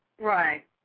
Right